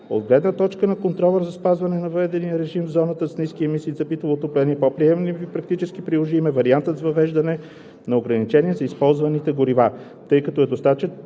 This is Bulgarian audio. От гледна точка на контрола за спазване на въведения режим в зоната с ниски емисии за битово отопление по-приемлив и практически приложим е вариантът с въвеждане на ограничение за използваните горива, тъй като е достатъчен